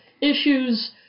issues